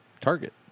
Target